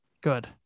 good